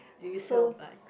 do you sell bags